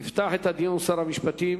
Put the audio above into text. יפתח את הדיון שר המשפטים,